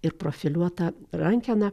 ir profiliuota rankena